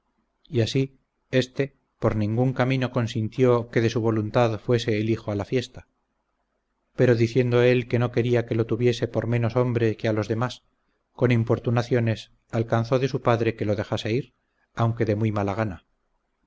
y así este por ningún camino consintió que de su voluntad fuese el hijo a la fiesta pero diciendo él que no quería que lo tuviese por menos hombre que a los demás con importunaciones alcanzó de su padre que lo dejase ir aunque de muy mala gana